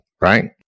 right